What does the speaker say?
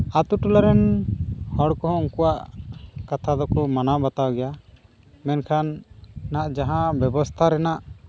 ᱟᱹᱛᱩ ᱴᱚᱞᱟ ᱨᱮᱱ ᱦᱚᱲ ᱠᱚᱦᱚᱸ ᱩᱠᱩᱣᱟᱜ ᱠᱟᱛᱷᱟ ᱫᱚᱠᱚ ᱢᱟᱱᱟᱣ ᱵᱟᱛᱟᱣ ᱜᱮᱭᱟ ᱢᱮᱱᱠᱷᱟᱱ ᱟᱢᱟᱜ ᱡᱟᱦᱟᱸ ᱵᱮᱵᱚᱥᱛᱷᱟ ᱨᱮᱱᱟᱜ